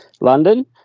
London